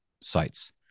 sites